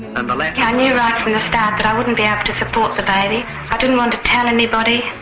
and like i knew right from the start that i wouldn't be able to support the baby, i didn't want to tell anybody,